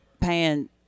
paying